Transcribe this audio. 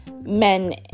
men